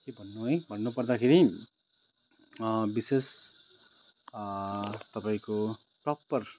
भन्नु है भन्नुपर्दा खेरि विशेष तपाईँको प्रपर